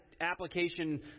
application